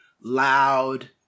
loud